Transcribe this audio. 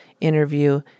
interview